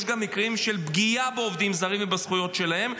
יש גם מקרים של פגיעה בעובדים זרים ובזכויות שלהם,